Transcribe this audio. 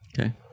Okay